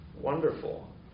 wonderful